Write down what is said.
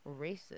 racist